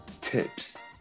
tips